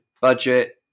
budget